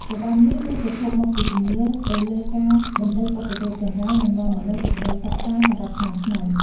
របាំនេះមានប្រភពមកពីជំនឿទៅលើការបណ្តេញឧបទ្រពចង្រៃ និងនាំមកនូវសេចក្តីសុខសាន្តសម្រាប់ឆ្នាំថ្មី។